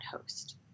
host